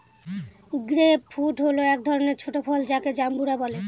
grape fruit হল এক ধরনের ছোট ফল যাকে জাম্বুরা বলে